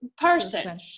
person